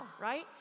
right